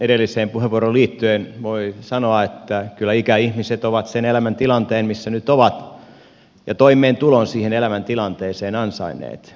edelliseen puheenvuoroon liittyen voi sanoa että kyllä ikäihmiset ovat sen elämäntilanteen missä nyt ovat ja toimeentulon siihen elämäntilanteeseen ansainneet